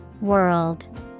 World